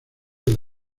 del